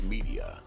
Media